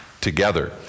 together